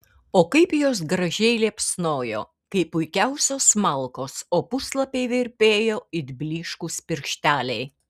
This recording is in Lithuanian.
o kaip jos gražiai liepsnojo kaip puikiausios malkos o puslapiai virpėjo it blyškūs piršteliai